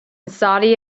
saudi